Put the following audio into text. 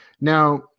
Now